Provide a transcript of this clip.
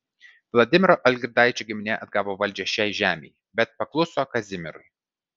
vladimiro algirdaičio giminė atgavo valdžią šiai žemei bet pakluso kazimierui